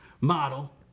Model